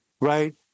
right